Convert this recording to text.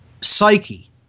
psyche